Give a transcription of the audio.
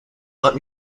let